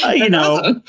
ah you know,